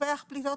שסופח פליטות.